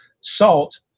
salt